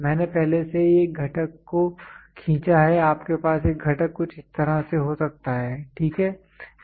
मैंने पहले से ही एक घटक को खींचा है आपके पास एक घटक कुछ इस तरह से हो सकता है ठीक है